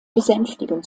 besänftigen